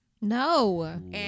no